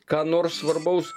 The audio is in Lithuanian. ką nors svarbaus